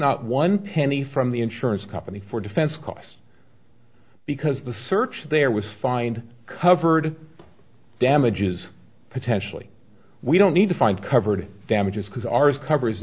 not one penny from the insurance company for defense costs because the search there was find covered damages potentially we don't need to find covered damages because ours covers